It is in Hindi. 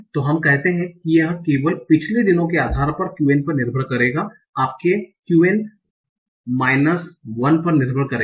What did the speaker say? तो हम कहते हैं कि यह केवल पिछले दिनों के आधार qn पर निर्भर करेगा आपके qn 1 पर निर्भर करेगा